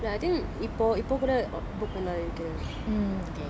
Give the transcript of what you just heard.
ya I think இப்போ இப்போகூட:ippo ippo kooda bookend ஆகிட்டு:aakitu